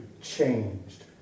changed